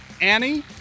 Annie